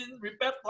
repair